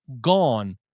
gone